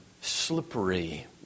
slippery